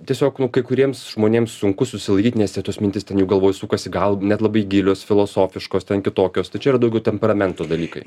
tiesiog kai kuriems žmonėms sunku susilaikyt nes jie tos mintys galvoj sukasi gal net labai gilios filosofiškos ten kitokios tai čia yra daugiau temperamento dalykai